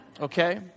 Okay